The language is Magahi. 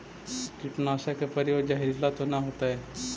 कीटनाशक के प्रयोग, जहरीला तो न होतैय?